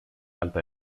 alta